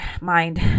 mind